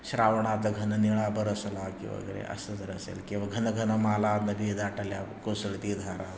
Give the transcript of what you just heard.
श्रावणात घन निळा बरसला की वगैरे असं जर असेल किंवा घन घन माला नभी दाटल्या कोसळती धारा